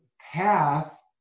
path